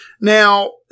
Now